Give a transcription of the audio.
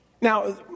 Now